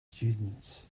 students